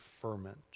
ferment